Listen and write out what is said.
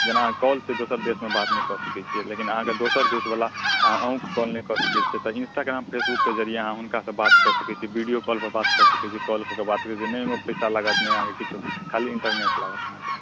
जेना कॉलसँ दोसर देशमे बात नहि कऽ सकै छियै लेकिन अहाँके दोसर देशवला अहूँकेँ कॉल नहि कऽ सकै छथि तऽ इन्स्टाग्राम फेसबुकके जरिए अहाँ हुनकासँ बात कऽ सकैत छी वीडियो कॉलपर बात कऽ सकैत छी कॉल कऽ कऽ बात कऽ सकैत छी नहि अहाँकेँ पैसा लागत नहि अहाँकेँ किछो खाली इन्टरनेट लागत अहाँकेँ